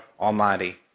Almighty